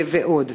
ועוד?